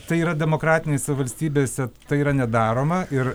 tai yra demokratinėse valstybėse tai yra nedaroma ir